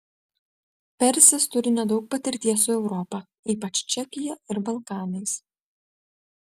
persis turi nedaug patirties su europa ypač čekija ir balkanais